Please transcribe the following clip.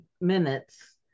minutes